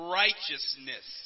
righteousness